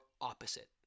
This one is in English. opposite